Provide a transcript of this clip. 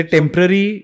Temporary